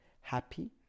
happy